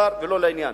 זר ולא לעניין,